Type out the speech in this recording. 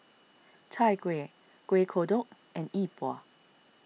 Chai Kuih Kuih Kodok and Yi Bua